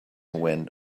went